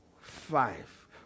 five